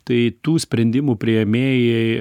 tai tų sprendimų priėmėjai